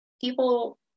people